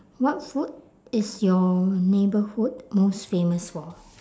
what food is your neighbourhood most famous for